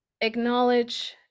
acknowledge